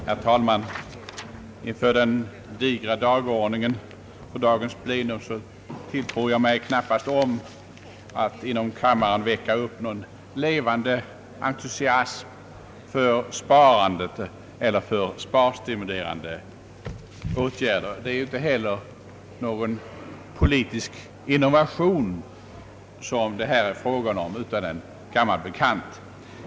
Herr talman! Inför den digra dagordningen för dagens plenum tilltror jag mig knappast att inom kammaren kunna väcka upp någon levande entusiasm för sparandet eller för sparstimulerande åtgärder. Det är inte heller någon politisk innovation, som det här är fråga om, utan om en gammal bekant.